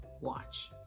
watch